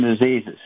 diseases